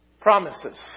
promises